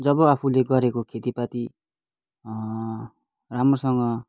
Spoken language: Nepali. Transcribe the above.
जब आफूले गरेको खेतीपाती राम्रोसँग